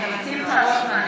נא לספור.